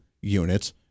units